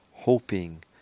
hoping